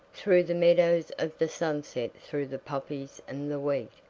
through the meadows of the sunset, through the poppies and the wheat,